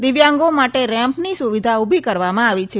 દિવ્યાંગો માટે રેમ્પની સુવિધા ઊભી કરવામાં આવી છે